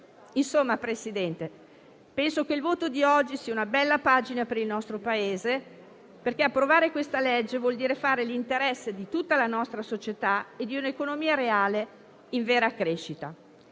Insomma, signor Presidente, penso che il voto di oggi sia una bella pagina per il nostro Paese, perché approvare questo provvedimento vuol dire fare l'interesse di tutta la nostra società e di un'economia reale in vera crescita.